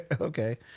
Okay